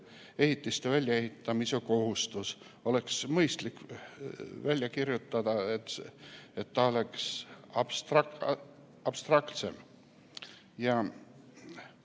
ehitiste väljaehitamise kohustus, oleks mõistlik välja kirjutada, nii et ta oleks abstraktsem.